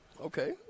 Okay